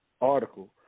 article